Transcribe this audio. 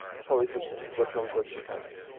that's what we first said. george w. bush was president.